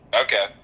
Okay